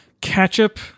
ketchup